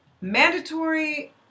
mandatory